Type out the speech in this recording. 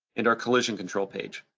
and our collision control page.